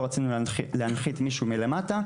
לא רצינו להנחית מישהו מלמטה,